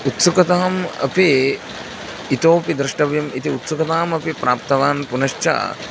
उत्सुकताम् अपि इतोपि द्रष्टव्यम् इति उत्सुकताम् अपि प्राप्तवान् पुनश्च